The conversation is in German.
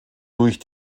durch